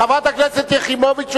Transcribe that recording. חברת הכנסת יחימוביץ ומיכאלי,